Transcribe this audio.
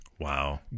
Wow